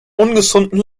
ungesunden